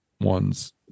ones